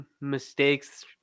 mistakes